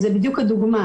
זה בדיוק הדוגמא,